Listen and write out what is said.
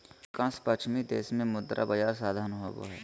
अधिकांश पश्चिमी देश में मुद्रा बजार साधन होबा हइ